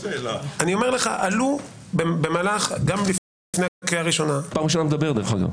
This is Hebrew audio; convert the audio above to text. אני אומר לך שגם לפני הקריאה הראשונה עלו --- דרך אגב,